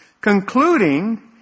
concluding